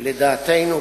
(23 בדצמבר 2009):